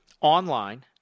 online